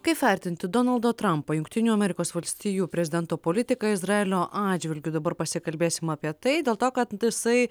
kaip vertinti donaldo trampo jungtinių amerikos valstijų prezidento politiką izraelio atžvilgiu dabar pasikalbėsim apie tai dėl to kad jisai